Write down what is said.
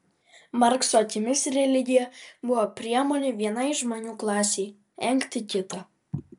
markso akimis religija buvo priemonė vienai žmonių klasei engti kitą